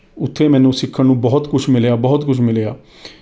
ਉੱਥੇ ਮੈਨੂੰ ਸਿੱਖਣ ਨੂੰ ਬਹੁਤ ਕੁੱਝ ਮਿਲਿਆ ਬਹੁਤ ਕੁੱਝ ਮਿਲਿਆ